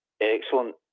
excellent